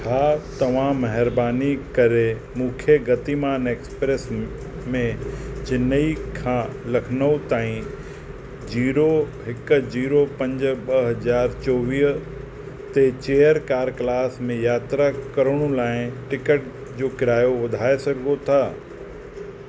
छा तव्हां महिरबानी करे मूंखे गतिमान एक्सप्रेस में चिन्नई खां लखनऊ ताईं जीरो हिकु जीरो पंज ॿ हज़ार चोवीह ते चेयर कार क्लास में यात्रा करण लाइ टिकट जो किरायो वधाए सघो था